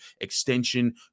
extension